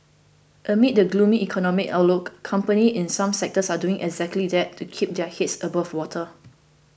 amid the gloomy economic outlook companies in some sectors are doing exactly that to keep their heads above water